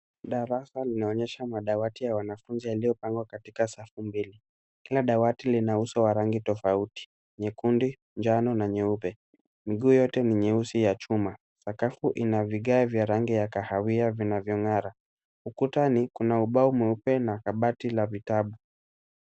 Darasa linaonyesha madawati ya wanafunzi yaliyopangwa katika safu mbili. Kila dawati lina uso wa rangi tofauti nyekundu, njano na nyeupe. Miguu yote ni nyeusi ya chuma. Sakafu ina rangi ya vigae vya kahawia vinavyong'ara. Ukutani, kuna ubap mweupe na kabati la vitabu.